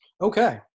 Okay